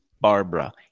Barbara